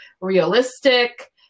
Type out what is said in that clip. realistic